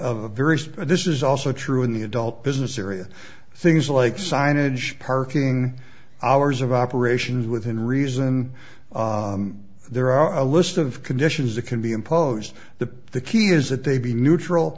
various this is also true in the adult business area things like signage parking hours of operations within reason there are a list of conditions that can be imposed the key is that they be neutral